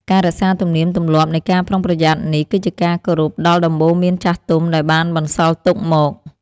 ការរក្សាទំនៀមទម្លាប់នៃការប្រុងប្រយ័ត្ននេះគឺជាការគោរពដល់ដំបូន្មានចាស់ទុំដែលបានបន្សល់ទុកមក។